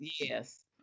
Yes